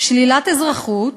שלילת אזרחות,